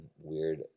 weird